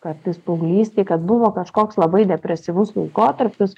kad paauglystėj kad buvo kažkoks labai depresyvus laikotarpis